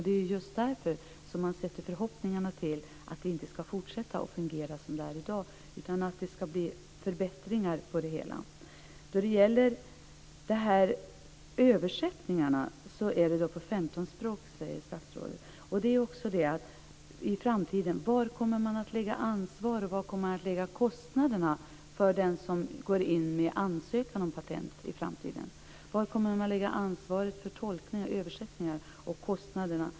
Det är just därför man sätter förhoppningarna till att det inte skall fortsätta att fungera som i dag, utan att det skall bli förbättringar. Översättningarna görs till 15 språk, säger statsrådet. Det är också en fråga. Var kommer man att lägga ansvaret och var kommer man att lägga kostnaderna för den som går in med en ansökan om patent i framtiden? Var kommer man att lägga ansvaret för tolkning och översättningar samt för kostnaderna?